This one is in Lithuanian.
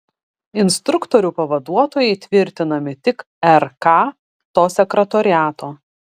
instruktorių pavaduotojai tvirtinami tik rk to sekretoriato